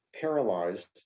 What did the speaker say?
paralyzed